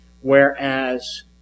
whereas